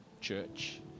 church